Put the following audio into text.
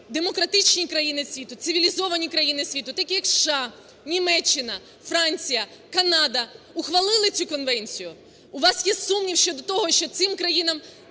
демократичні країни світу, цивілізовані країни світу такі, як США, Німеччина, Франція, Канада ухвалили цю конвенцію. У вас є сумнів щодо того, що цим країнам